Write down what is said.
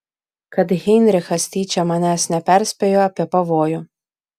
kad heinrichas tyčia manęs neperspėjo apie pavojų